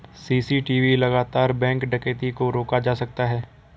CCTV लगाकर bank डकैती को रोका जा सकता है